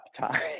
time